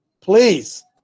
Please